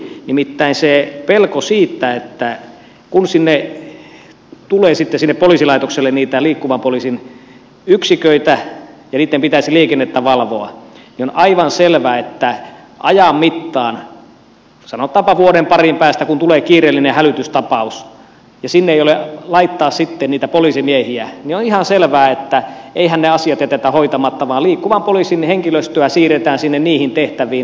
nimittäin on pelko siitä että kun tulee sitten poliisilaitokselle niitä liikkuvan poliisin yksiköitä ja niitten pitäisi liikennettä valvoa niin ajan mittaan sanotaanpa vuoden parin päästä kun tulee kiireellinen hälytystapaus ja sinne ei ole laittaa sitten niitä poliisimiehiä on ihan selvää että eihän niitä asioita jätetä hoitamatta vaan liikkuvan poliisin henkilöstöä siirretään sinne niitä tehtäviä hoitamaan